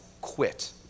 quit